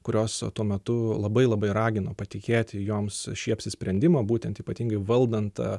kurios tuo metu labai labai ragino patikėti joms šį apsisprendimą būtent ypatingai valdant